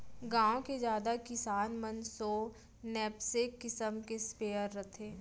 गॉँव के जादा किसान मन सो नैपसेक किसम के स्पेयर रथे